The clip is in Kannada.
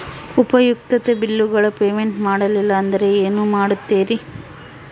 ಉಪಯುಕ್ತತೆ ಬಿಲ್ಲುಗಳ ಪೇಮೆಂಟ್ ಮಾಡಲಿಲ್ಲ ಅಂದರೆ ಏನು ಮಾಡುತ್ತೇರಿ?